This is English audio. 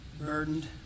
burdened